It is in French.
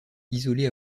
isolée